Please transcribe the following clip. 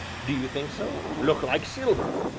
do you think so? look like silver!